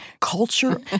culture